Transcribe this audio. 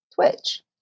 Twitch